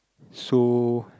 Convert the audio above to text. so